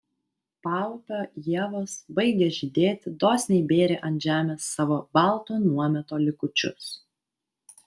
paupio ievos baigė žydėti dosniai bėrė ant žemės savo balto nuometo likučius